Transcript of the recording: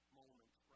moments